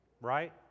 Right